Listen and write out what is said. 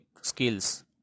skills